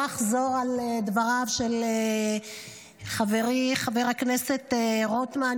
לא אחזור על דבריו של חברי חבר הכנסת רוטמן,